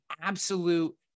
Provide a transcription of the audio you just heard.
absolute